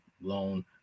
loan